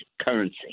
currency